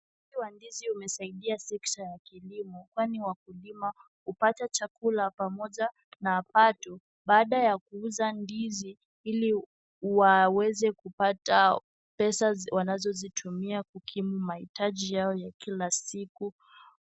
Upanzi wa ndizi umesaidia sekta ya kilimo kwani wakulima hupata chakula pamoja na pato baada ya kuuza ndizi ili waweze kupata pesa wanazozitumia kukimu mahitaji yao ya kila siku.